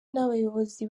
n’abayobozi